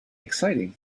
exciting